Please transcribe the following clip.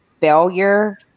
failure